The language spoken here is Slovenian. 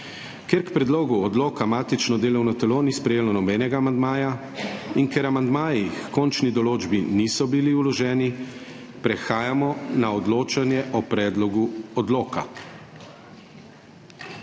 Ker k predlogu odloka matično delovno telo ni sprejelo nobenega amandmaja in ker amandmaji h končni določbi niso bili vloženi, prehajamo na odločanje o predlogu odloka.